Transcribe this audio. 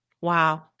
Wow